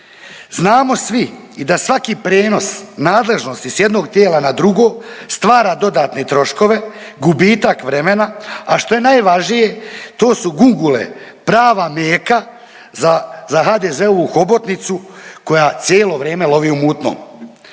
Znamo svi i da svaki prijenos nadležnosti sa jednog tijela na drugo stvara dodatne troškove, gubitak vremena a što je najvažnije to su gungule, prava Meka za HDZ-ovu hobotnicu koja cijelo vrijeme lovi u mutnom.